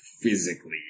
physically